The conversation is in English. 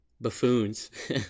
buffoons